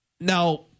now